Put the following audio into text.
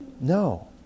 No